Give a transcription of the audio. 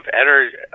energy